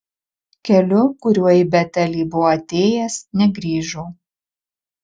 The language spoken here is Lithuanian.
keliu kuriuo į betelį buvo atėjęs negrįžo